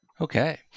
Okay